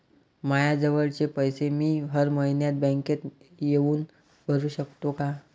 मायाजवळचे पैसे मी हर मइन्यात बँकेत येऊन भरू सकतो का?